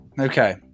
Okay